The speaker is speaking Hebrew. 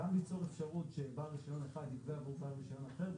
גם ליצור אפשרות שבעל רישיון אחד יגבה עבור בעל רישיון אחר,